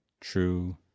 true